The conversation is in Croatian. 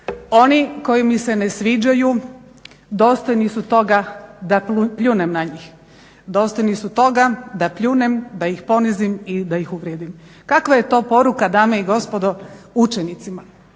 oni koji mi se ne sviđaju dostojni su toga da pljunem na njih, dostojni su toga da pljunem, da ih ponizim i da ih uvrijedim. Kakva je to poruka dame i gospodo učenicima?